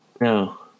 No